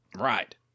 Right